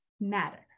matter